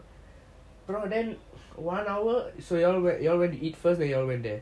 and then one hour so you all you're you already eat first then you all went there